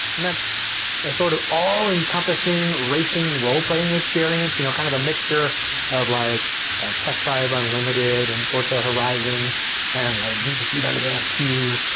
and that's a sort of all encompassing racing role playing experience, you know kind of a mixture of like test drive unlimited and forza horizon and like need for speed underground two,